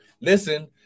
listen